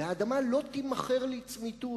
והאדמה לא תימכר לצמיתות.